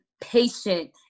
patient